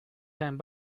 came